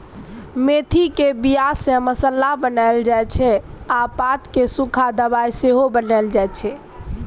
मेथीक बीया सँ मसल्ला बनाएल जाइ छै आ पात केँ सुखा दबाइ सेहो बनाएल जाइ छै